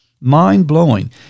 mind-blowing